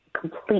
complete